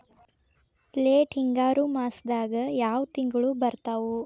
Late ಹಿಂಗಾರು ಮಾಸದಾಗ ಯಾವ್ ತಿಂಗ್ಳು ಬರ್ತಾವು?